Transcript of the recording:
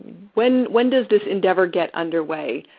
when when does this endeavor get underway.